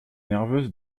nerveuses